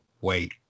wait